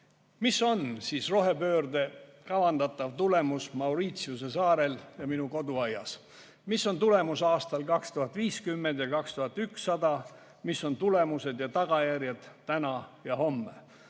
Mis on rohepöörde kavandatav tulemus Mauritiuse saarel ja minu koduaias? Mis on tulemus aastal 2050 ja 2100? Mis on tulemused ja tagajärjed täna ja homme?